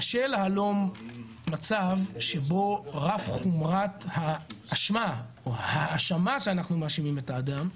קשה להלום מצב שבו רף חומרת האשמה או ההאשמה שאנחנו מאשימים את האדם.